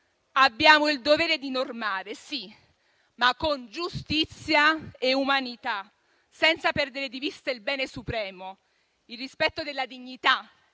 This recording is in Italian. Abbiamo il dovere di normare, sì, ma con giustizia e umanità, senza perdere di vista il bene supremo, il rispetto della dignità